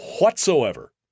whatsoever